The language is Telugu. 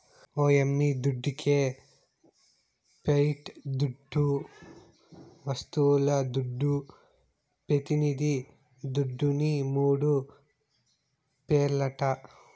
ఓ యమ్మీ దుడ్డికే పియట్ దుడ్డు, వస్తువుల దుడ్డు, పెతినిది దుడ్డుని మూడు పేర్లట